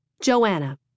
Joanna